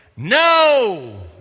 No